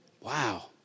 wow